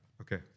Okay